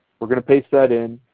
we're going to paste that in.